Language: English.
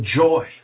joy